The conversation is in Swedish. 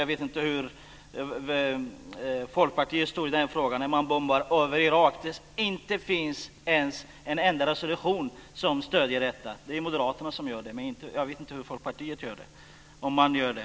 Jag vet inte hur Folkpartiet ställde sig när man bombade Irak utan en enda resolution som stöd. Moderaterna stödde det, men jag vet inte om Folkpartiet gjorde det.